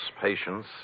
patience